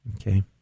Okay